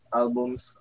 albums